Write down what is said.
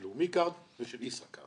של "לאומי קארד" ושל "ישראכרט".